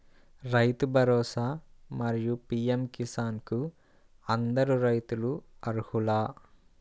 రైతు భరోసా, మరియు పీ.ఎం కిసాన్ కు అందరు రైతులు అర్హులా?